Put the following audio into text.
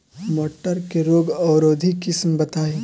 मटर के रोग अवरोधी किस्म बताई?